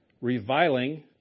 reviling